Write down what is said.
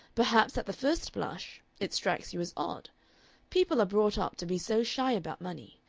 perhaps at the first blush it strikes you as odd people are brought up to be so shy about money.